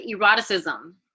eroticism